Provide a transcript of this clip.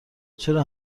چرا